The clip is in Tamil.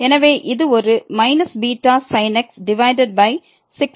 எனவே இது ஒரு β sin x divided by 6 x